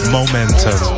Momentum